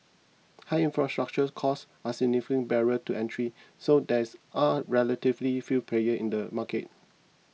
high infrastructure costs are significant barriers to entry so are relatively few player in the market